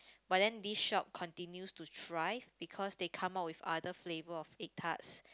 but then this shop continue to thrive because they come out with other flavours of egg tarts